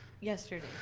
yesterday